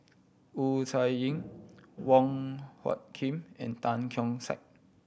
Wu Tsai Yen Wong Hung Khim and Tan Keong Saik